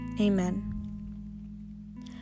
Amen